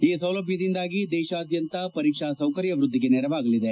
ಈ ಸೌಲಭ್ಯದಿಂದಾಗಿ ದೇಶಾದ್ಯಂತ ಪರೀಕ್ಷಾ ಸೌಕರ್ಯವೃದ್ದಿಗೆ ನೆರವಾಗಲಿದೆ